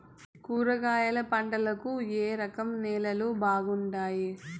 కూరగాయల పంటలకు ఏ రకం నేలలు బాగుంటాయి?